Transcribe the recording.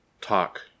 talk